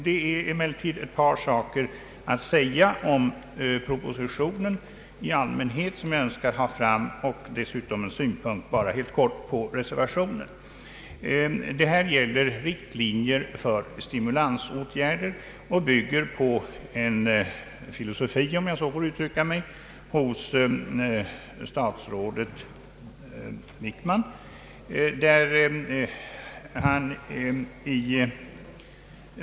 Det finns emellertid ett par saker att säga om propositionen i allmänhet och jag önskar dessutom helt kort föra fram en synpunkt på reservationen. Det gäller här riktlinjer för stimulansåtgärder, och propositionen bygger på en filosofi — om jag så får uttrycka mig — hos statsrådet Wickman.